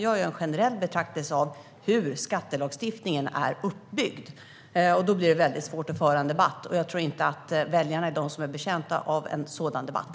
Jag gör en generell betraktelse av hur skattelagstiftningen är uppbyggd. Det blir svårt att föra en debatt. Och jag tror inte är väljarna är betjänta av en sådan här debatt.